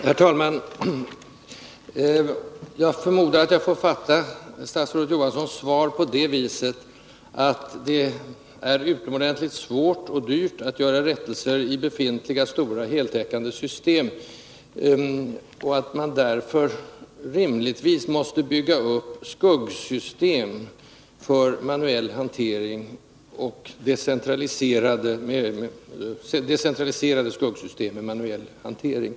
Herr talman! Jag förmodar att jag får uppfatta statsrådet Johanssons svar så, att det är utomordentligt svårt och dyrt att göra rättelser i befintliga, stora och heltäckande system och att man därför rimligtvis måste bygga upp decentraliserade ”skuggsystem” för manuell hantering.